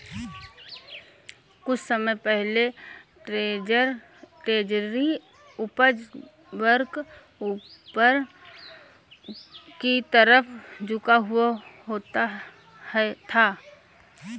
कुछ समय पहले ट्रेजरी उपज वक्र ऊपर की तरफ झुका हुआ था